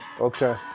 Okay